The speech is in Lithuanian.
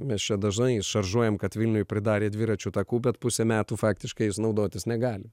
mes čia dažnai šaržuojam kad vilniuj pridarė dviračių takų bet pusę metų faktiškai jais naudotis negali